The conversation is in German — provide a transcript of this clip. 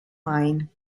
main